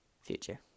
future